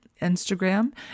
Instagram